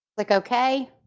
like, okay,